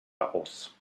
aus